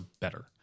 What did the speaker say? better